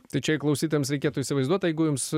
tai čia į klausytojams reikėtų įsivaizduot jeigu jums